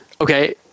Okay